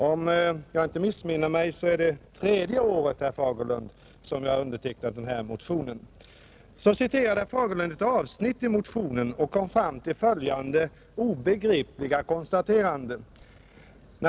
Om jag inte missminner mig är det tredje året, herr Fagerlund, som jag har undertecknat denna motion, Så citerade herr Fagerlund ett avsnitt ur motionen och kom fram till följande obegripliga konstaterande.